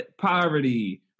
poverty